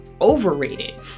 overrated